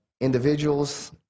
individuals